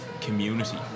community